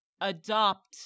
adopt